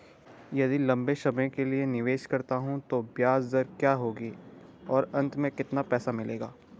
यदि लंबे समय के लिए निवेश करता हूँ तो ब्याज दर क्या होगी और अंत में कितना पैसा मिलेगा?